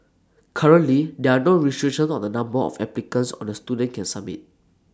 currently there are no restrictions on the number of applications on A student can submit